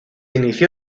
inició